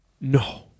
No